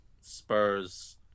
Spurs